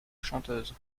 chanteuse